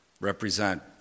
represent